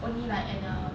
only like at the